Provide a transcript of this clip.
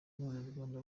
n’abanyarwanda